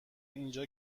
اینجا